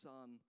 Son